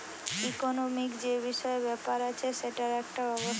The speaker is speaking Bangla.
ইকোনোমিক্ যে বিষয় ব্যাপার আছে সেটার একটা ব্যবস্থা